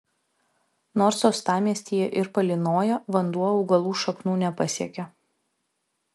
nors uostamiestyje ir palynoja vanduo augalų šaknų nepasiekia